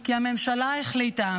כי הממשלה החליטה,